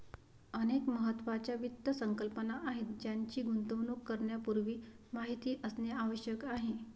अनेक महत्त्वाच्या वित्त संकल्पना आहेत ज्यांची गुंतवणूक करण्यापूर्वी माहिती असणे आवश्यक आहे